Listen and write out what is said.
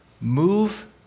Move